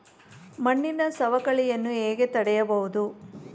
ಮಣ್ಣಿನ ಸವಕಳಿಯನ್ನು ಹೇಗೆ ತಡೆಯಬಹುದು?